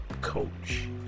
coach